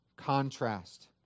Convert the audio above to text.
Contrast